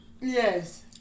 Yes